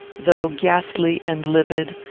though ghastly and livid,